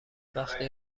وقتی